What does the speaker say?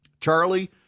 Charlie